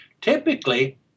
typically